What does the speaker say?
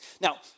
Now